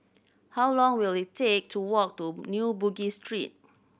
how long will it take to walk to New Bugis Street